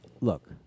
Look